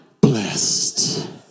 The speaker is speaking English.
blessed